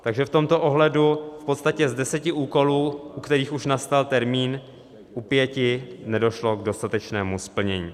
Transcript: Takže v tomto ohledu v podstatě z deseti úkolů, u kterých už nastal termín, u pěti nedošlo k dostatečnému splnění.